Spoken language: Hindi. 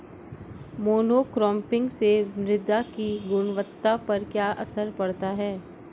मोनोक्रॉपिंग से मृदा की गुणवत्ता पर क्या असर पड़ता है?